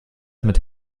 mit